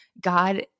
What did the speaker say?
God